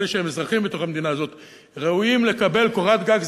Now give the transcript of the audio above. אלה שהם אזרחים בתוך המדינה הזאת ראויים לקבל קורת גג.